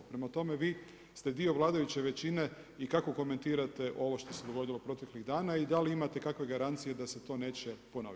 Prema tome, vi ste dio vladajuće većine i kako komentirate ovo što se dogodilo proteklih dana i da li imate kakve garancije da se to neće ponovit?